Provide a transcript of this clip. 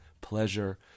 pleasure